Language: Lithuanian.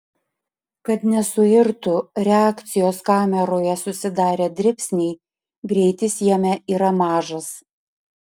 kad nesuirtų reakcijos kameroje susidarę dribsniai greitis jame yra mažas